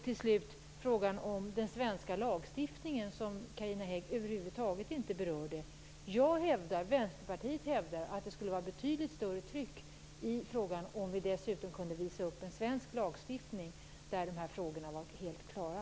Till slut till frågan om den svenska lagstiftningen, som Carina Hägg över huvud taget inte berörde. Jag och Vänsterpartiet hävdar att det skulle vara betydligt större tryck i frågan om vi dessutom kunde visa upp en svensk lagstiftning där dessa frågor var helt klara.